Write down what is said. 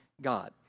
God